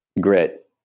Grit